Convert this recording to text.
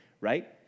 right